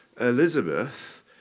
Elizabeth